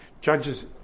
Judges